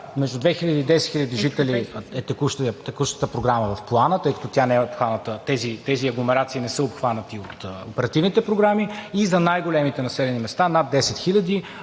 между 2000 и 10 000 жители е текущата програма в Плана, тъй като тя не е обхваната и тези агломерации не са обхванати от оперативните програми, и за най-големите населени места – над 10 000,